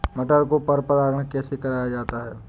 मटर को परागण कैसे कराया जाता है?